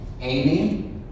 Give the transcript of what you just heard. Amy